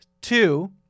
Two